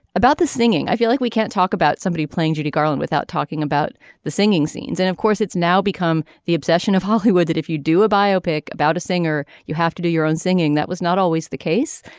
about the singing. i feel like we can't talk about somebody playing judy garland without talking about the singing scenes and of course it's now become the obsession of hollywood that if you do a biopic about a singer you have to do your own singing that was not always the case.